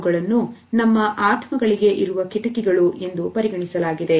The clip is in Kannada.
ಅವುಗಳನ್ನು ನಮ್ಮ ಆತ್ಮಗಳಿಗೆ ಇರುವ ಕಿಟಕಿಗಳು ಎಂದು ಪರಿಗಣಿಸಲಾಗಿದೆ